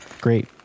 Great